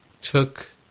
took